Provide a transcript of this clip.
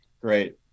Great